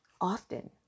often